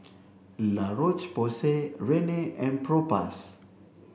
La Roche Porsay Rene and Propass